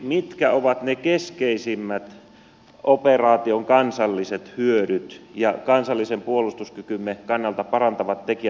mitkä ovat ne keskeisimmät operaation kansalliset hyödyt ja kansallisen puolustuskykymme kannalta parantavat tekijät